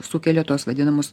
sukelia tuos vadinamus